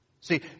See